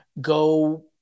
go